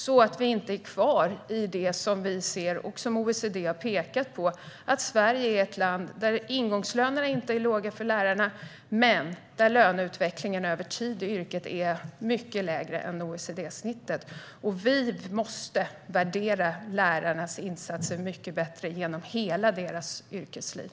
Vi ska inte vara kvar i det som vi ser och som OECD har pekat på: att Sverige är ett land där ingångslönerna för lärarna inte är låga men där löneutvecklingen över tid i yrket är mycket sämre än OECD-snittet. Vi måste värdera lärarnas insatser mycket högre genom hela deras yrkesliv.